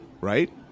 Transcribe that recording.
Right